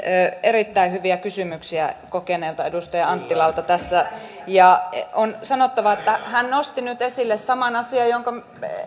erittäin hyviä kysymyksiä kokeneelta edustaja anttilalta tässä ja on sanottava että hän nosti nyt nyt esille saman asian kuin